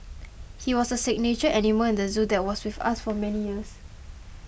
he was a signature animal in the zoo that was with us for many years